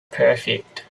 perfect